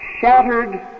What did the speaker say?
Shattered